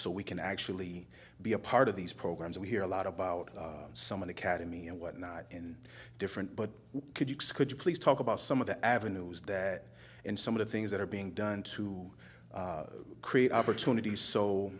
so we can actually be a part of these programs we hear a lot about someone academy and what not and different but could you could you please talk about some of the avenues that and some of the things that are being done to create opportunities so